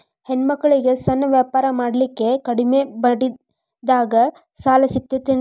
ಹೆಣ್ಣ ಮಕ್ಕಳಿಗೆ ಸಣ್ಣ ವ್ಯಾಪಾರ ಮಾಡ್ಲಿಕ್ಕೆ ಕಡಿಮಿ ಬಡ್ಡಿದಾಗ ಸಾಲ ಸಿಗತೈತೇನ್ರಿ?